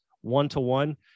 one-to-one –